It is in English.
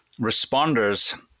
responders